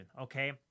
okay